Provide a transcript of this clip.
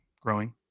growing